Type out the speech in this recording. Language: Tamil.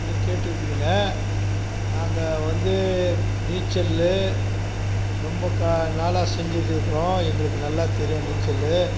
என்று கேட்டிருக்குறீங்க நாங்கள் வந்து நீச்சல் ரொம்ப கா நாளாக செஞ்சுட்ருக்குறோம் எங்களுக்கு நல்லா தெரியும் நீச்சல்